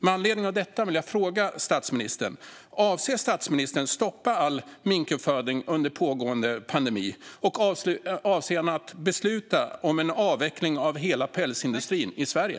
Med anledning av detta vill jag fråga statsministern: Avser statsministern att stoppa all minkuppfödning under pågående pandemi, och avser han att besluta om en avveckling av hela pälsindustrin i Sverige?